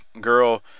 Girl